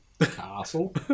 Castle